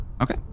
Okay